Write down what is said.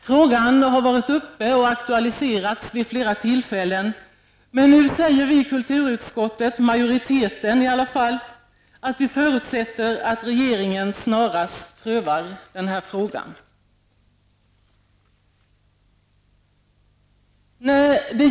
Frågan har aktualiserats vid flera tidigare tillfällen, och nu säger vi från kulturutskottets majoritet att vi förutsätter att regeringen snarast prövar den här frågan.